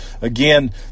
again